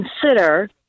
consider